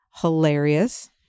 hilarious